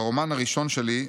ברומן הראשון שלי,